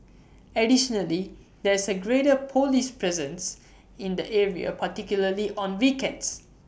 additionally there is A greater Police presence in the area particularly on weekends